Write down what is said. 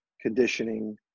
conditioning